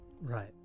Right